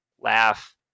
laugh